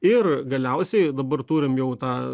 ir galiausiai dabar turim jau tą